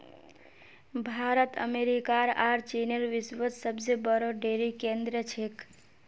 भारत अमेरिकार आर चीनेर विश्वत सबसे बोरो डेरी केंद्र छेक